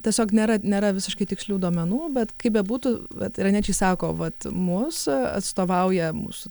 tiesiog nėra nėra visiškai tikslių duomenų bet kaip bebūtų vet iraniečiai sako vat mus atstovauja mūsų